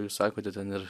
jūs sakote ten ir